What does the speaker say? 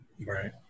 Right